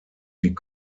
die